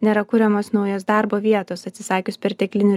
nėra kuriamos naujos darbo vietos atsisakius perteklinių